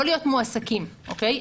לא להיות מועסקים, אוקיי?